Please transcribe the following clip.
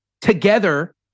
together